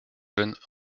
jeunes